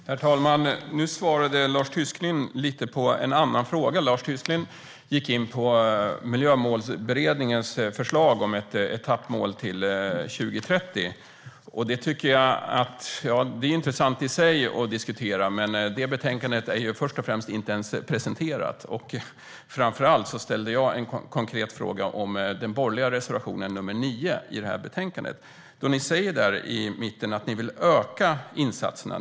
Herr talman! Nu svarade Lars Tysklind lite på en annan fråga. Lars Tysklind gick in på Miljömålsberedningens förslag om ett etappmål till 2030. Det i sig är intressant att diskutera. Men det betänkandet är inte ens presenterat, och framför allt ställde jag en konkret fråga om den borgerliga reservationen nr 9 i det här betänkandet. Där säger ni att ni vill öka insatserna.